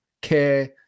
care